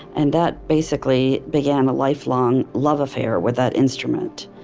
and that basically began a lifelong love affair with that instrument.